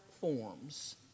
forms